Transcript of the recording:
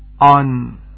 on